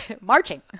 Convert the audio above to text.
marching